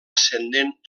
ascendent